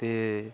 ते